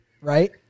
Right